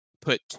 put